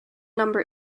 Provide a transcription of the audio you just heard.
number